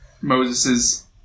Moses